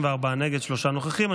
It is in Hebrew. נגד, 64, שלושה נוכחים.